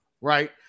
right